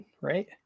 Right